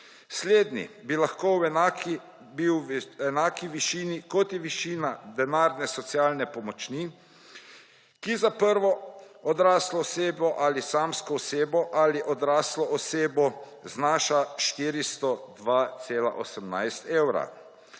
Slednji bi lahko bil v enaki višini, kot je višina denarne socialne pomoči, ki za prvo odraslo osebo ali samsko osebo ali odraslo osebo znaša 402,18 evra.